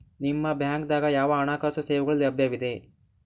ನಿಮ ಬ್ಯಾಂಕ ದಾಗ ಯಾವ ಹಣಕಾಸು ಸೇವೆಗಳು ಲಭ್ಯವಿದೆ?